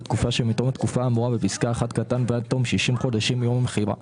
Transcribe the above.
בתקופה שמתום התקופה האמורה בפסקה (1) ועד תום 60 חודשים מיום המכירה